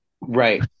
Right